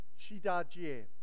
Shidajie